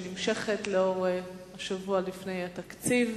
שנמשכת בגלל שאנחנו שבוע לפני התקציב,